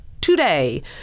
today